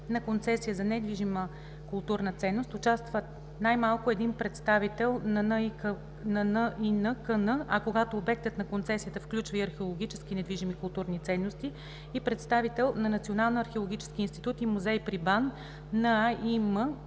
на концесия за недвижима културна ценност участва най-малко един представител на НИНКН, а когато обектът на концесията включва и археологически недвижими културни ценности – и представител на Националния археологически институт и музей при БАН (НАИМ